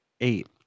eight